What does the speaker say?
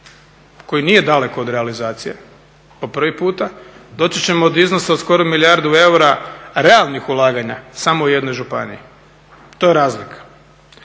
koji nije daleko od realizacije po prvi puta, doći ćemo do iznosa od skoro milijardu eura realnih ulaganja samo u jednoj županiji. To je razlika.